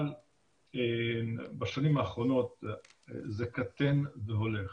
אבל בשנים האחרונות זה קטן והולך.